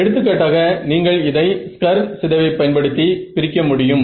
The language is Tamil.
எடுத்துக்காட்டாக நீங்கள் இதை ஸ்கர் சிதைவை பயன்படுத்தி பிரிக்க முடியும்